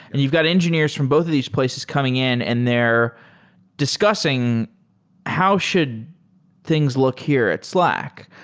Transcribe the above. and you've got engineers from both of these places coming in and they're discussing how should things look here at slack.